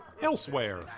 elsewhere